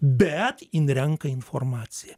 bet jin renka informaciją